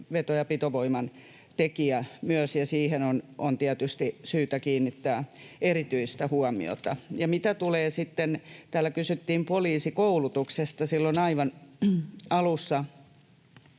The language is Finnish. veto- ja pitovoiman tekijä, ja siihen on tietysti syytä kiinnittää erityistä huomiota. Mitä tulee siihen — kun täällä kysyttiin poliisikoulutuksesta silloin aivan alussa